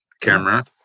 camera